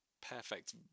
perfect